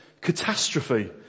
catastrophe